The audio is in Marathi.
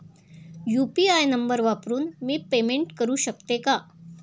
यु.पी.आय नंबर वापरून मी पेमेंट करू शकते का?